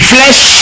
Flesh